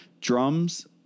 drums